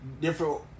different